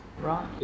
Right